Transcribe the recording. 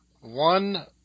one